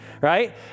right